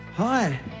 Hi